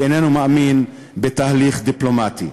ואיננו מאמין בתהליך דיפלומטי.